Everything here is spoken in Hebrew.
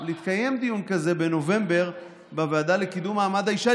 אבל התקיים דיון כזה בנובמבר בוועדה לקידום מעמד האישה,